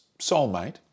soulmate